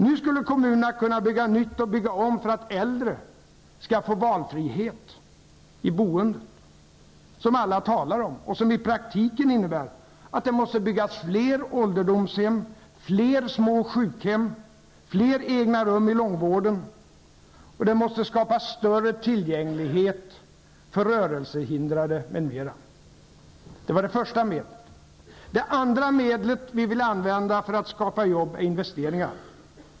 Nu skulle kommunerna kunna bygga nytt och bygga om för att äldre skall få valfrihet i boendet, som alla talar om och som i praktiken innebär att det måste byggas fler ålderdomshem, fler små sjukhem, fler egna rum i långvården och skapas större tillgänglighet för rörelsehindrade, m.m. Det var det första medlet. Det andra medlet som vi vill använda för att skapa jobb är investeringar.